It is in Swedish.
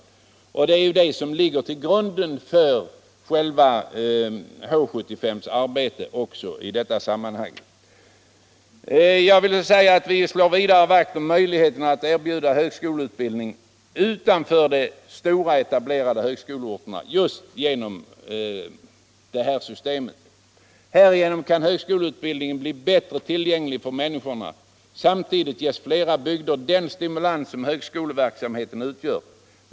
Det är också det som ligger till grund för H 75:s arbete i detta sammanhang. Centerpartiet slår vidare vakt om möjligheten att erbjuda högskoleutbildning utanför de stora, etablerade högskoleorterna, och det gör vi just genom detta system. Härigenom kan högskoleutbildningen bli mer tillgänglig för människorna. Samtidigt ges flera bygder den stimulans som högskoleverksamhet utgör.